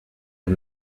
are